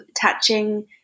touching